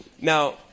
Now